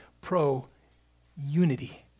pro-unity